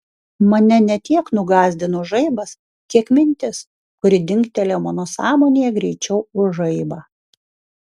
mane ne tiek nugąsdino žaibas kiek mintis kuri dingtelėjo mano sąmonėje greičiau už žaibą